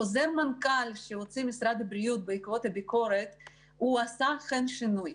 חוזר מנכ"ל שהוציא משרד הבריאות בעקבות הביקורת אכן הביא לשינוי.